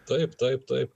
taip taip taip